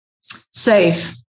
safe